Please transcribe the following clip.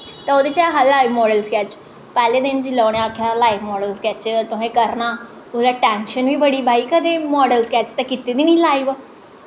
ते ओह्दे च हा लाईव मोड़ स्कैच पैह्ले दिन उ'नें आक्खे हा लाईव मोड़ स्कैच तुसें करना उसलै टैंशन बी बड़ी बाई माडल स्कैच कीती दी नेईं ही लाईव